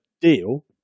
deal